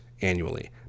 annually